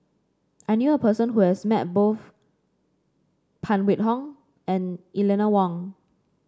I knew a person who has met both Phan Wait Hong and Eleanor Wong